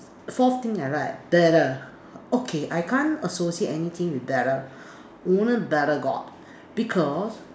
forth thing I like bitter okay I can't associate anything with bitter only bitter gourd because